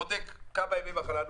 בודק כמה ימי מחלה נוצלו,